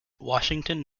washington